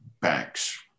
banks